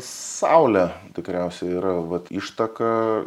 saulė tikriausiai yra vat ištaka